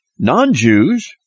Non-Jews